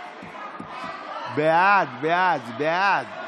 בעד, בעד, בעד.